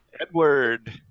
Edward